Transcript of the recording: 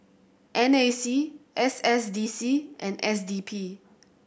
N A C S S D C and S D P